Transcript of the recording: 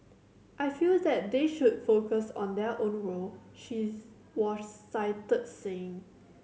I feel that they should focus on their own role she was cited saying